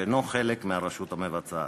שאינה חלק מהרשות המבצעת.